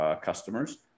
customers